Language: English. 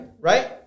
Right